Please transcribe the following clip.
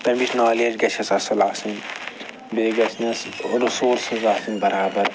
تَمِچ نالیج گَژھٮ۪س اصٕل آسٕنۍ بیٚیہِ گَژھِنَس رِسورسِز آسٕنۍ برابر